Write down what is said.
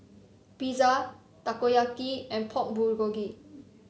Pizza Takoyaki and Pork Bulgogi